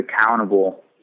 accountable